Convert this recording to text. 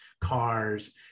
cars